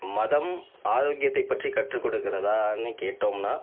மதம் ஆரோக்கியத்தைப்பற்றி கற்றுக்கொடுக்கிறதான்னு கேட்டோம்னால்